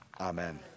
Amen